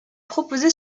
proposé